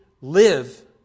live